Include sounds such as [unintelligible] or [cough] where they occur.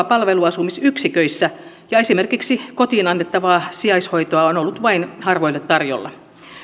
[unintelligible] palvelusasumisyksiköissä ja esimerkiksi kotiin annettavaa sijaishoitoa on ollut vain harvoille tarjolla